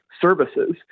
services